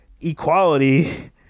equality